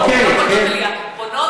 ערים שלא קולטות עלייה, אוקיי.